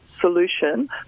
solution